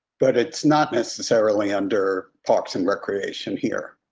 but it's not necessarily under parks and recreation here.